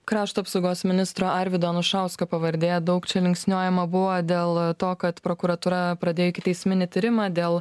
krašto apsaugos ministro arvydo anušausko pavardė daug čia linksniuojama buvo dėl to kad prokuratūra pradėjo ikiteisminį tyrimą dėl